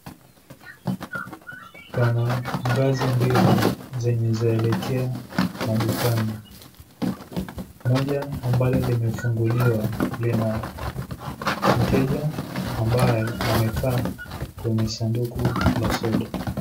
Pana ngazi mbili zilizoelekea madukani. Moja ambalo limefunguliwa lina mteja ambaye amekaa kwenye sanduku la soda.